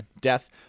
Death